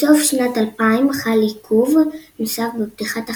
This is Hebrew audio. בסוף שנת 2000 חל עיכוב נוסף בפתיחת החנות,